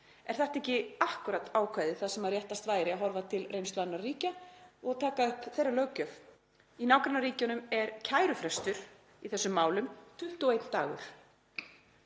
Er þetta ekki akkúrat ákvæðið þar sem réttast væri að horfa til reynslu annarra ríkja og taka upp löggjöf þeirra? Í nágrannaríkjunum er kærufrestur í þessum málum 21 dagur